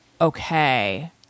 okay